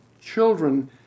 children